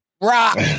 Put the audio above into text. rock